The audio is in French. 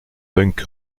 punk